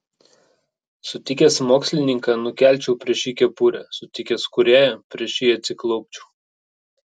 sutikęs mokslininką nukelčiau prieš jį kepurę sutikęs kūrėją prieš jį atsiklaupčiau